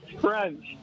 French